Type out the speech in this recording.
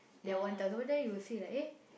the one thousands words then you will see like eh